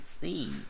see